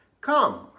Come